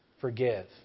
Forgive